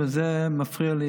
וזה מפריע לי,